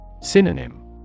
Synonym